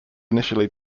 initially